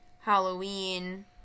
Halloween